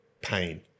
pain